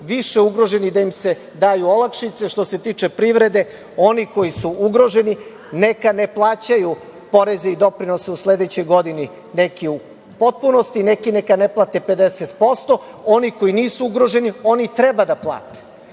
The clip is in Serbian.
više ugroženi da im se daju olakšice, što se tiče privrede, oni koji su ugroženi neka ne plaćaju poreze i doprinose u sledećoj godini, neki u potpunosti, neki 50%. Oni koji nisu ugroženi oni treba da plate. Što